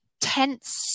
tense